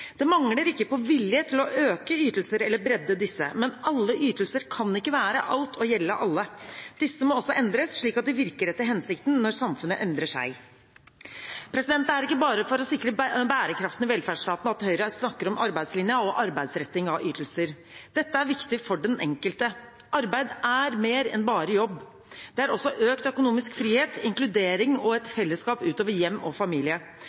Det mangler ikke på vilje til å øke ytelser eller bredde disse, men alle ytelser kan ikke være alt og gjelde alle. Disse må også endres, slik at de virker etter hensikten når samfunnet endrer seg. Det er ikke bare for å sikre den bærekraftige velferdsstaten at Høyre snakker om arbeidslinja og arbeidsretting av ytelser. Dette er viktig for den enkelte. Arbeid er mer enn bare jobb. Det er også økt økonomisk frihet, inkludering og et fellesskap utover hjem og familie.